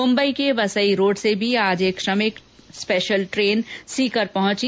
मुम्बई के वसई रोड से भी आज एक श्रमिक स्पेशल ट्रेन सीकर पहुंची